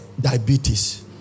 diabetes